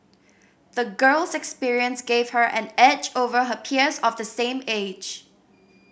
the girl's experience gave her an edge over her peers of the same age